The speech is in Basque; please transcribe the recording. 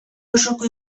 osoko